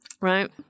right